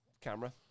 camera